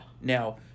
Now